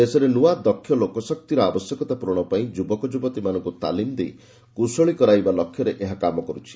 ଦେଶରେ ନୂଆ ଦକ୍ଷ ଲୋକଶକ୍ତିର ଆବଶ୍ୟକତା ପୂରଣ ପାଇଁ ଯୁବକଯୁବତୀମାନଙ୍କୁ ତାଲିମ୍ ଦେଇ କୁଶଳୀ କରାଇବା ଲକ୍ଷ୍ୟରେ ଏହା କାମ କରୁଛି